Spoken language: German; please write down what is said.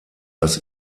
das